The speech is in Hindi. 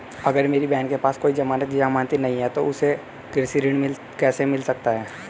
अगर मेरी बहन के पास कोई जमानत या जमानती नहीं है तो उसे कृषि ऋण कैसे मिल सकता है?